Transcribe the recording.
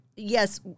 yes